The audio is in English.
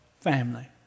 family